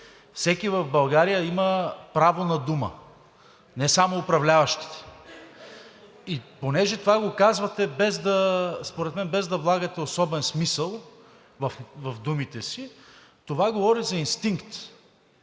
всеки в България има право на дума, не само управляващите. Понеже това го казвате според мен, без да влагате особен смисъл в думите си, това говори за инстинкт.